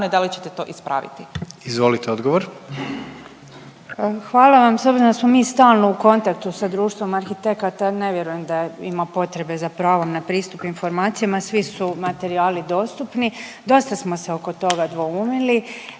**Obuljen Koržinek, Nina (HDZ)** Hvala vam. S obzirom da smo mi stalno u kontaktu sa društvom arhitekata, ne vjerujem da ima potrebe za pravom na pristup informacijama, svi su materijali dostupni. Dosta smo se oko toga dvoumili.